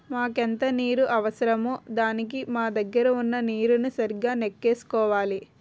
మనకెంత నీరు అవసరమో దానికి మన దగ్గర వున్న నీరుని సరిగా నెక్కేసుకోవాలి